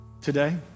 today